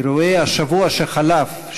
אירועי השבוע שחלף,